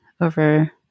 over